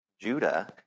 Judah